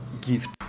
gift